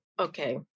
okay